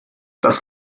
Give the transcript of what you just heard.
das